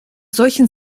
solchen